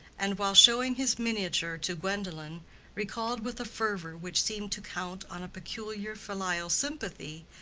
and while showing his miniature to gwendolen recalled with a fervor which seemed to count on a peculiar filial sympathy,